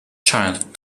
child